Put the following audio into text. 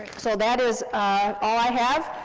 so that is all i have,